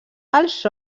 els